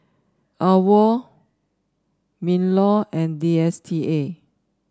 AWOL Minlaw and D S T A